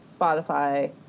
Spotify